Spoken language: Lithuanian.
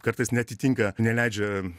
kartais neatitinka neleidžia